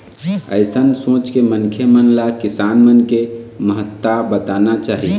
अइसन सोच के मनखे मन ल किसान मन के महत्ता बताना चाही